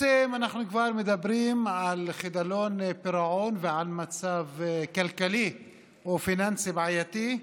אם אנחנו כבר מדברים על חדלות פירעון ועל מצב כלכלי או פיננסי בעייתי,